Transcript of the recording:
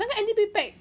那个 N_D_P pack